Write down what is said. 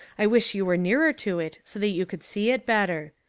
i wish you were nearer to it so that you could see it better.